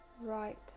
right